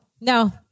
no